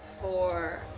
four